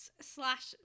slash